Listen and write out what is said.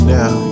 now